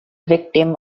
victim